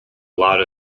lot